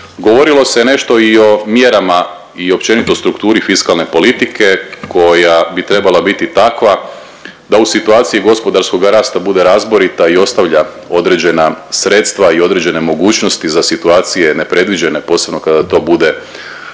Govorilo se nešto i o mjerama i općenito strukturi fiskalne politike koja bi trebala biti takva da u situaciji gospodarskog rasta bude razborita i ostavlja određena sredstva i određene mogućnosti za situacije nepredviđene posebno kada to bude vrlo